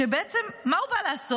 שבעצם מה הוא מה לעשות?